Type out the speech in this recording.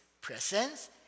presence